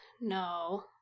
No